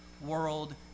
world